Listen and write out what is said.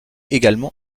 également